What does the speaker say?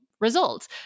results